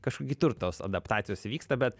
kažkur kitur tos adaptacijos įvyksta bet